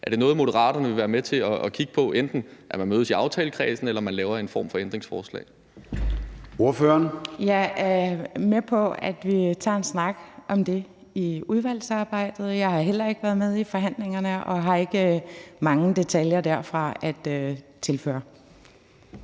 Er det noget, Moderaterne vil være med til at kigge på – man kunne enten mødes i aftalekredsen eller lave en form for ændringsforslag? Kl. 14:21 Formanden (Søren Gade): Ordføreren. Kl. 14:21 Nanna W. Gotfredsen (M): Jeg er med på, at vi tager en snak om det i udvalgsarbejdet. Jeg har heller ikke været med i forhandlingerne og har ikke mange detaljer derfra at tilføre.